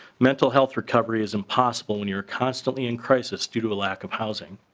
mental health recovery is impossible when you're constantly in crisis due to a lack of housing.